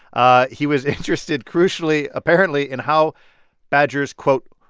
ah he was interested crucially apparently in how badgers, quote,